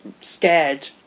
scared